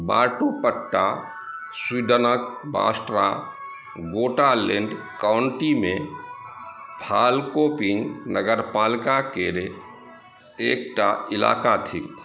Vartofta स्वीडनके Västra Götaland काउण्टीमे Falköping नगरपालिकाके एकटा इलाका थिक